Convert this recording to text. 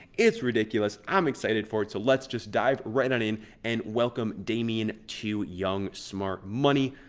it's ridiculous. i'm excited for it. so let's just dive right on in. and welcome damien to young smart money.